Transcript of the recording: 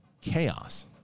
chaos